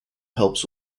helps